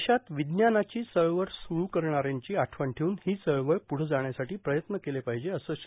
देशात विज्ञानाची चळवळ सुरू करणाऱ्यांची आठवण ठेवून ही चळवळ पुढं जाण्यासाठी प्रयत्न केले पाहिजे असं श्री